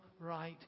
right